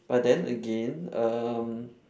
but then again um